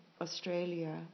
Australia